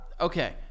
Okay